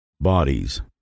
bodies